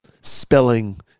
spelling